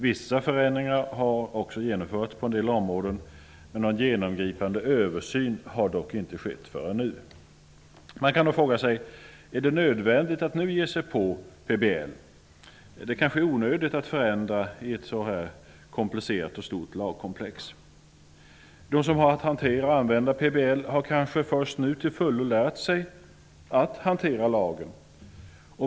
Vissa förändringar har också genomförts på en del områden, men någon genomgripande översyn har inte skett förrän nu. Man kan då fråga sig: Är det nödvändigt att nu ge sig på PBL? Det kanske är onödigt att förändra i ett så här komplicerat och stort lagkomplex. De som har att hantera och använda PBL har kanske först nu till fullo lärt sig att hantera lagen.